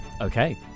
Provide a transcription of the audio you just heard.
okay